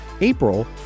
April